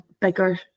bigger